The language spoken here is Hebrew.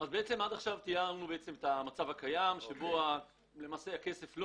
עד עכשיו תיארנו את המצב שבו הפסולת לא